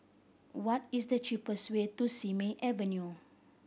what is the cheapest way to Simei Avenue